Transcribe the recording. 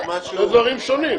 זה שני דברים שונים.